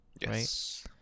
Yes